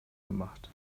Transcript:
gemacht